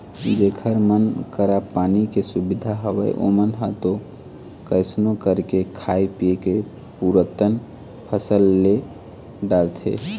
जेखर मन करा पानी के सुबिधा हवय ओमन ह तो कइसनो करके खाय पींए के पुरतन फसल ले डारथे